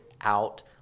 out